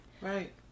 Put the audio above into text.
Right